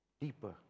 deeper